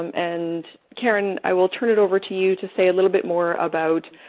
and caren, i will turn it over to you to say a little bit more about